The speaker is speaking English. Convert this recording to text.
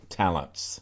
talents